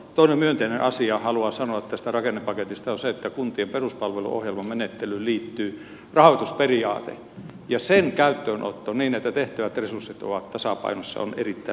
toinen myönteinen asia jonka haluan sanoa tästä rakennepaketista on se että kuntien peruspalveluohjelmamenettelyyn liittyy rahoitusperiaate ja sen käyttöönotto niin että tehtävät ja resurssit ovat tasapainossa on erittäin tärkeää